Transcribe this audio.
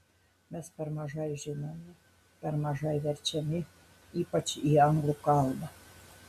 mes per mažai žinomi per mažai verčiami ypač į anglų kalbą